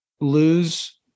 lose